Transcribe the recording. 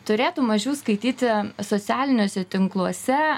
turėtų mažiau skaityti socialiniuose tinkluose